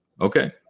Okay